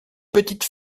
petite